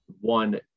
one